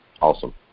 awesome